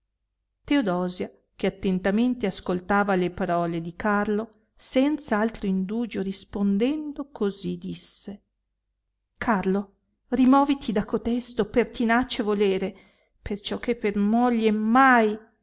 teodosia che attentamente ascoltava le parole di carlo senza altro indugio rispondendo così disse carlo rimoviti da cotesto pertinace volere perciò che per moglie mai